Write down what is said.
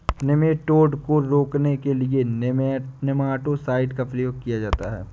nematode को रोकने के लिए नेमाटो साइड का प्रयोग किया जाता है